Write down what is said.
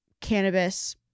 cannabis-